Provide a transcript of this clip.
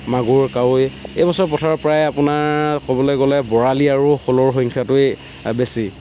মাগুৰ কাৱৈ এইবোৰ চব পথাৰৰ পৰাই আপোনাৰ ক'বলৈ গ'লে বৰালি আৰু শ'লৰ সংখ্যাটোৱেই বেছি